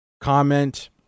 comment